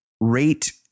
rate